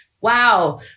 Wow